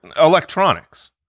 Electronics